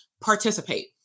participate